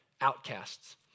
outcasts